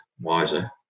wiser